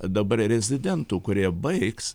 dabar rezidentų kurie baigs